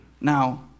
Now